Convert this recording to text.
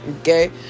okay